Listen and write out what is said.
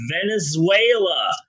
Venezuela